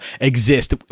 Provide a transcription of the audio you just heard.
exist